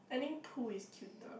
I think Pooh is cuter